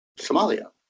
Somalia